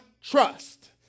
trust